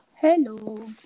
hello